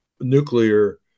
nuclear